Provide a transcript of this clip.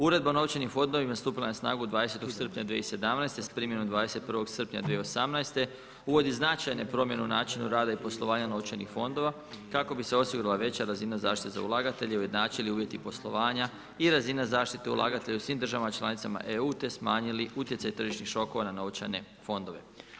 Uredba o novčanim fondovima stupila je na snagu 20. srpnja 2017. s primjenom 21. srpnja 2018., uvodi značajne promjene u načinu rada i poslovanja novčanih fondova kako bi se osigurala veća razina zaštite za ulagatelja i ujednačili uvjeti poslovanja i razina zaštite ulagatelja u svim državama članicama EU te smanjili utjecaj tržišnih šokova na novčane fondove.